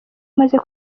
amaze